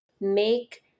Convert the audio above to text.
make